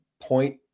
point